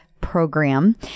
program